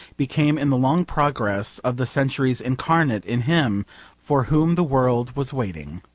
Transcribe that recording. became in the long progress of the centuries incarnate in him for whom the world was waiting.